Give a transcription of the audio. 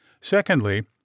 Secondly